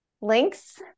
links